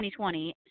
2020